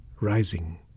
rising